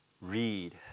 read